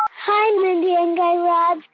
hi, mindy and guy raz.